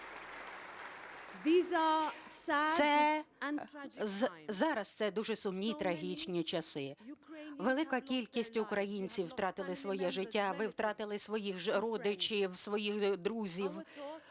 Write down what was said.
Зараз це дуже сумні, трагічні часи. Велика кількість українців втратили своє життя, ви втратили своїх родичів, своїх друзів.